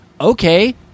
okay